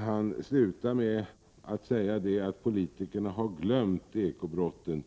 Han avslutar med att säga att politikerna har glömt ekobrotten.